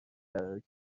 قرار